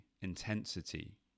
intensity